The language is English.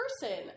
person